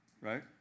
right